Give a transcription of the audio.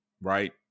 right